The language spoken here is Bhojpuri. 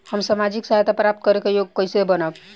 हम सामाजिक सहायता प्राप्त करे के योग्य कइसे बनब?